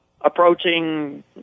approaching